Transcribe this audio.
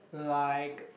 like